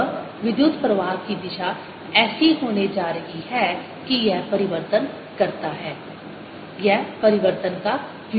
और विद्युत प्रवाह की दिशा ऐसी होने जा रही है कि यह परिवर्तन करता है यह परिवर्तन का विरोध करता है